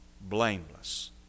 blameless